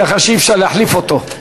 ככה שאי-אפשר להחליף אותו.